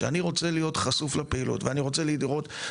כשאני רוצה להיות חשוף לפעילות, ואני רוצה לראות.